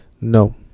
No